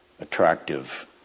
attractive